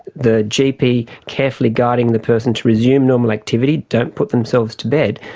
the gp carefully guiding the person to resume normal activity, don't put themselves to bed,